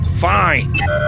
FINE